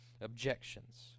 objections